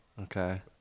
Okay